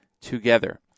together